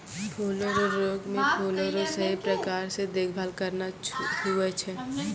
फूलो रो रोग मे फूलो रो सही प्रकार से देखभाल करना हुवै छै